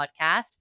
podcast